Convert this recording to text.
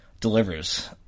delivers